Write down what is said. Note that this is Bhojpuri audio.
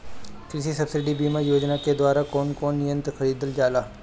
कृषि सब्सिडी बीमा योजना के द्वारा कौन कौन यंत्र खरीदल जाला?